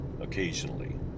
occasionally